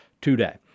today